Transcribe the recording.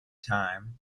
time